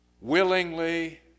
willingly